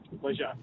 Pleasure